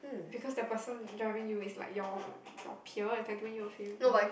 because the person driving you is like your your peer is like doing you a favour